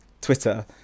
Twitter